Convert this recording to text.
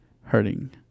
hurting